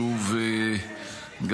אני רוצה,